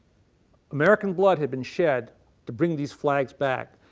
american blood had been shed to bring these flags back.